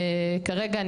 כרגע,